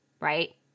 right